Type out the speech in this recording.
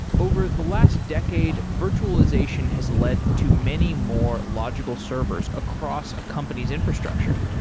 over the last decade, virtualization has led to many more logical servers across a company's infrastructure.